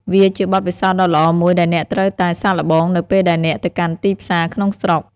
វាជាបទពិសោធន៍ដ៏ល្អមួយដែលអ្នកត្រូវតែសាកល្បងនៅពេលដែលអ្នកទៅកាន់ទីផ្សារក្នុងស្រុក។